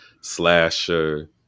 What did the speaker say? Slasher